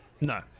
No